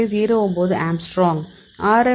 09 angstrom